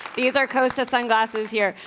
thes air, coast of sunglasses here.